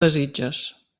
desitges